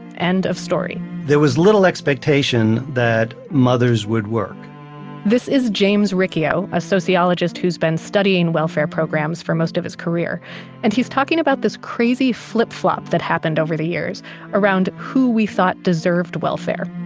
end of story there was little expectation that mothers would work this is james riccio, a sociologist who's been studying welfare programs for most of his career and he's talking about this crazy flip-flop that happened over the years around who we thought deserved welfare.